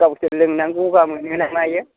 गावसोर लोंनानै गगा मोनोना मायो